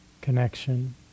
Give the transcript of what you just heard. connection